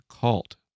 cult